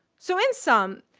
so in sum,